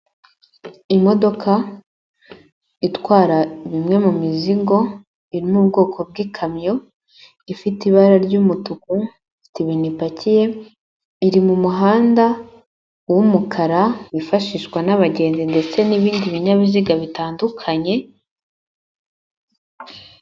Imodoka itwara bimwe mu mizigo, iri mu bwoko bw'ikamyo, ifite ibara ry'umutuku, ifite ibintu ipakiye, iri mu muhanda w'umukara wifashishwa n'abagenzi ndetse n'ibindi binyabiziga bitandukanye.